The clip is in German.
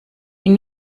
ihn